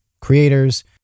creators